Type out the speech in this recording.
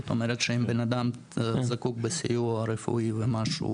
זאת אומרת שאם בנאדם זקוק לסיוע רפואי ומשהו,